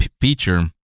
feature